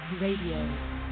Radio